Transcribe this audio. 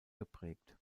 geprägt